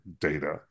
data